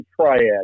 triad